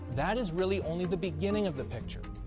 that is really only the beginning of the picture.